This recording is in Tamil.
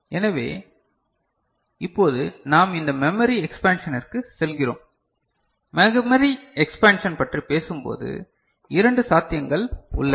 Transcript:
எனவே இப்போது நாம் இந்த மெமரி எக்ஸ்பேன்ஷனிற்கு செல்கிறோம் மெமரி எக்ஸ்பேன்ஷன்ப் பற்றி பேசும்போது இரண்டு சாத்தியங்கள் உள்ளன